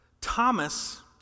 Thomas